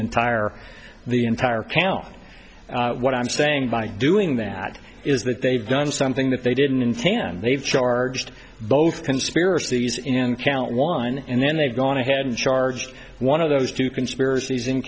entire the entire county what i'm saying by doing that is that they've done something that they didn't intend they've charged both conspiracies in count one and then they've gone ahead and charged one of those two conspiracies in